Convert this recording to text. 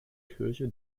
kirche